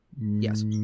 yes